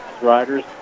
riders